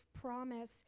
promise